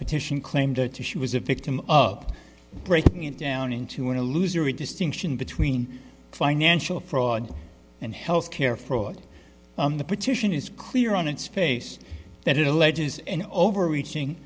petition claimed to she was a victim up breaking it down into a loser a distinction between financial fraud and health care fraud the petition is clear on its face that it alleges an overreaching